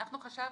אנחנו חשבנו,